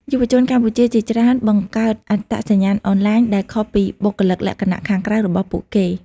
យុវជនកម្ពុជាជាច្រើនបង្កើតអត្តសញ្ញាណអនឡាញ ដែលខុសពីបុគ្គលិកលក្ខណៈខាងក្រៅរបស់ពួកគេ។